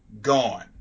gone